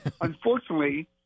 Unfortunately